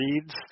reads